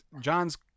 John's